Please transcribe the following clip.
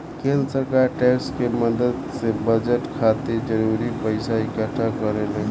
केंद्र सरकार टैक्स के मदद से बजट खातिर जरूरी पइसा इक्कठा करेले